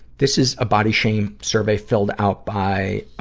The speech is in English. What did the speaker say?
this is a body shame survey filled out by,